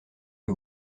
que